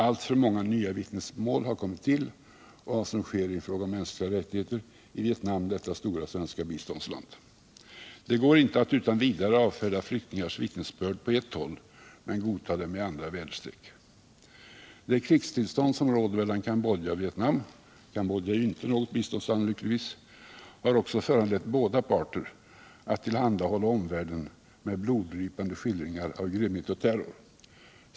Alltför många nya vittnesmål har kommit till om vad som sker i fråga om mänskliga rättigheter i Vietnam, detta stora svenska biståndsland. Det går inte att utan vidare avfärda flyktingars vittnesbörd på ett håll men godta dem i andra väderstreck. Det krigstillstånd som råder mellan Cambodja och Vietnam — Cambodja är ju inte något biståndsland lyckligtvis — har också föranlett båda parter att tillhandahålla omvärlden bloddrypande skildringar av grymhet och terror.